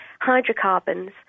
hydrocarbons